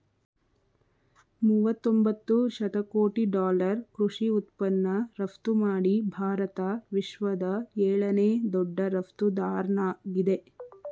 ಮೂವತೊಂಬತ್ತು ಶತಕೋಟಿ ಡಾಲರ್ ಕೃಷಿ ಉತ್ಪನ್ನ ರಫ್ತುಮಾಡಿ ಭಾರತ ವಿಶ್ವದ ಏಳನೇ ದೊಡ್ಡ ರಫ್ತುದಾರ್ನಾಗಿದೆ